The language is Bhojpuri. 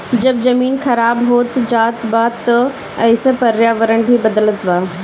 जब जमीन खराब होत जात बा त एसे पर्यावरण भी बदलत बा